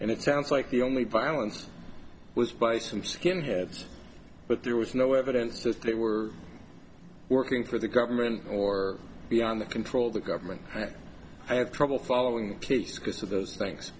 and it sounds like the only violence was by some skinheads but there was no evidence that they were working for the government or beyond their control the government had trouble following peace because of those things